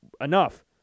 enough